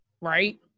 right